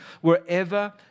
wherever